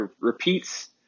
repeats